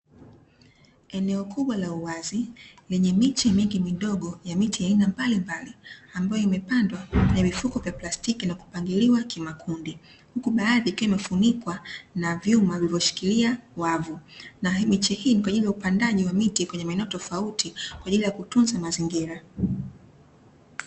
Eneo kubwa la uwazi lenye miche mingi midogo ya miti ya aina mbalimbali ambayo imepandwa kwenye vifuko vya plasitiki imepangiliwa kwa makundi, huku baadhi ikiwa imefunikwa na vyuma viliovyoshilia wavu, na miche hii kwaajili ya upandaji wa miti maeneo tofauti kwaajili kutunza mazingira.